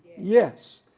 yes.